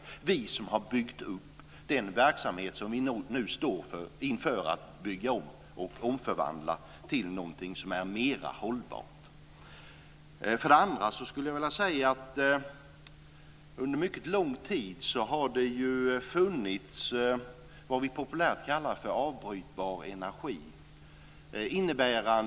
Det är ju vi som har byggt upp den verksamhet som vi nu står inför att bygga om och omvandla till någonting som är mer hållbart. Jag vill också säga att det under mycket lång tid har funnits något som vi populärt kallar för avbrytbar elenergi.